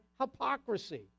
hypocrisy